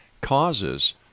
causes